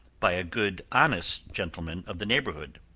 by a good, honest gentleman of the neighborhood,